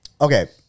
okay